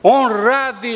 On radi.